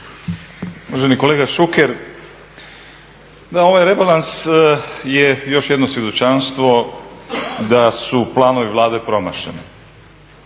Uvaženi kolega Šuker, da, ovaj rebalans je još jedno svjedočanstvo da su planovi Vlade promašeni.